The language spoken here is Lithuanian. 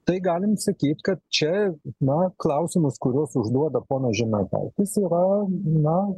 tai galim sakyt kad čia na klausimus kuriuos užduoda ponas žemaitaitis yra na